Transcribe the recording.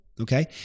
okay